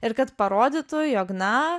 ir kad parodytų jog na